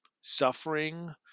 suffering